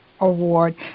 award